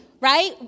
right